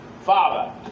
father